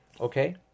Okay